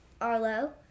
Arlo